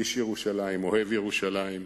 איש ירושלים, אוהב ירושלים,